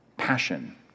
Passion